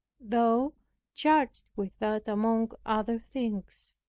though charged with that among other things.